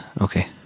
okay